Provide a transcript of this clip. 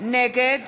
נגד